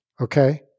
okay